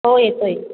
हो येतो आहे